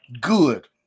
good